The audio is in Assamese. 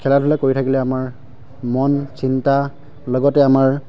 খেলা ধূলা কৰি থাকিলে আমাৰ মন চিন্তা লগতে আমাৰ